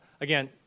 again